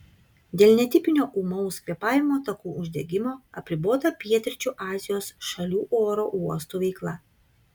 dėl netipinio ūmaus kvėpavimo takų uždegimo apribota pietryčių azijos šalių oro uostų veikla